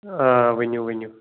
آ ؤنِو ؤنِو